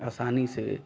आसानी से